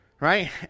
Right